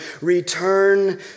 Return